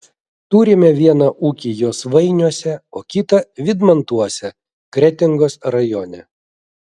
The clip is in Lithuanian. turime vieną ūkį josvainiuose o kitą vydmantuose kretingos rajone